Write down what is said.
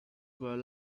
were